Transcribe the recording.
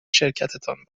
شرکتتان